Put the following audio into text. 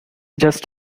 just